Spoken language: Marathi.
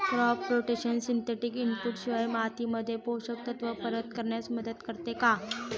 क्रॉप रोटेशन सिंथेटिक इनपुट शिवाय मातीमध्ये पोषक तत्त्व परत करण्यास मदत करते का?